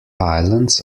islands